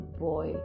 boy